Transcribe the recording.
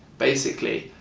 basically,